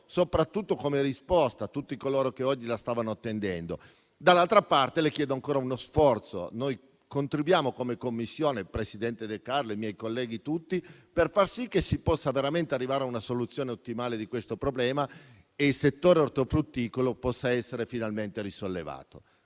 soprattutto come risposta, a tutti coloro che oggi la stavano attendendo. Dall'altra parte, le chiedo ancora uno sforzo. Noi contribuiamo come Commissione (il presidente De Carlo e i miei colleghi tutti) per far sì che si possa veramente arrivare a una soluzione ottimale di questo problema e il settore ortofrutticolo possa essere finalmente risollevato.